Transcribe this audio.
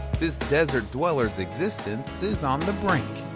this desert dweller's existence is on the brink.